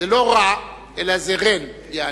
זה לא רע, אלא זה ע'ין, יעני.